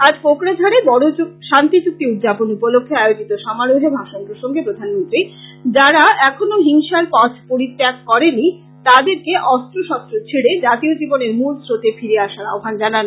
আজ কোকরাঝাড়ে বড়ো শান্তি চুক্তি উদ্যাপন উপলক্ষে আয়োজিত সমারোহে ভাষণ প্রসঙ্গে প্রধানমন্ত্রী যারা এখনো হিংসার পথ পরিত্যাগ করেনি তাদেরকে অস্ত্র শস্ত্র ছেড়ে জাতীয় জীবনের মূলস্রোতে ফিরে আসার আহ্বান জানান